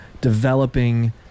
developing